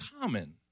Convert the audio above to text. common